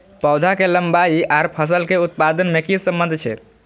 पौधा के लंबाई आर फसल के उत्पादन में कि सम्बन्ध छे?